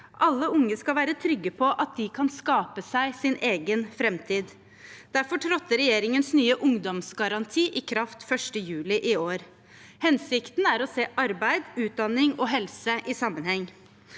Alle unge skal være trygge på at de kan skape sin egen framtid. Derfor trådte regjeringens nye ungdomsgaranti i kraft 1. juli i år. Hensikten er å se arbeid, utdanning og helse i sam